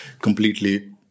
completely